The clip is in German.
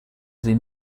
sie